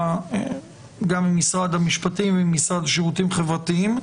גם ממשרד המשפטים ומהמשרד לשירותים חברתיים.